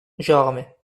gérardmer